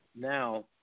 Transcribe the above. now –